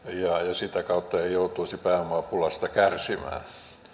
sitä kautta ei joutuisi pääomapulasta kärsimään